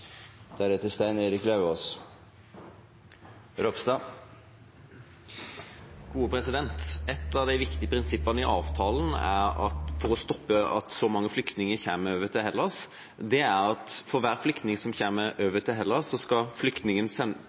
Et av de viktige prinsippene i avtalen for å stoppe at så mange flyktninger kommer til Hellas, er at hver flyktning som kommer over til Hellas fra Tyrkia, skal